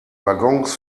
waggons